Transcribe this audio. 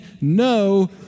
No